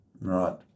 Right